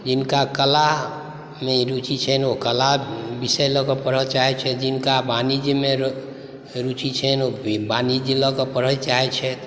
जिनका कलामे रुचि छनि ओ कला विषय लऽ कऽ पढ़य चाहैत छथि जिनका वाणिज्यमे रुचि छनि ओ वाणिज्य लऽ कऽ पढ़य चाहैत छथि